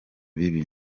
bibi